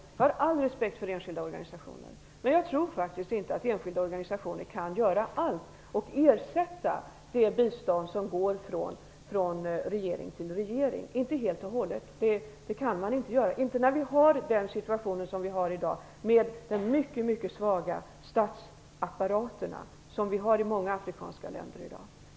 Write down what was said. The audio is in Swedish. Jag har all respekt för enskilda organisationer, men jag tror faktiskt inte att bistånd via enskilda organisationer helt och hållet kan ersätta det bistånd som går från regering till regering - inte när vi har den situation som vi har i dag med tanke på de mycket svaga statsapparaterna i många afrikanska länder i dag.